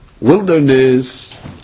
wilderness